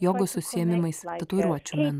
jogos užsiėmimais tatuiruočių menu